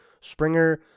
Springer